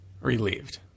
Relieved